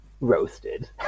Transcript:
Roasted